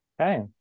Okay